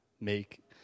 make